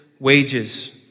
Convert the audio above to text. wages